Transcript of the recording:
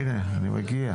הינה, אני מגיע.